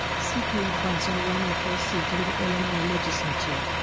seeking advice on running for a seat in the illinois legislature.